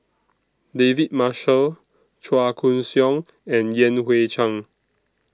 David Marshall Chua Koon Siong and Yan Hui Chang